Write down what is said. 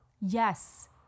yes